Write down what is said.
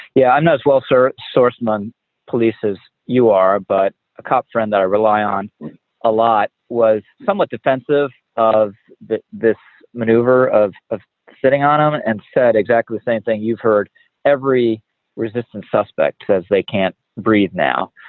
yeah, i'm not. well, sir. salsman police as you are, but a cop friend that i rely on a lot. was somewhat defensive of this maneuver of of sitting on him and and said exactly the same thing. you've heard every resistance suspect says they can't breathe now.